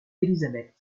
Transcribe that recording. elizabeth